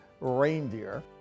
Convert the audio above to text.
reindeer